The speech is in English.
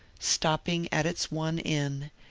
stopping at its one inn,